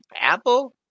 Apple